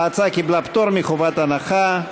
ההצעה קיבלה פטור מחובת הנחה,